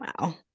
Wow